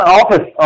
office